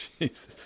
Jesus